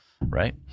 right